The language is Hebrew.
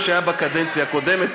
מה שהיה בקדנציה הקודמת,